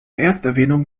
ersterwähnung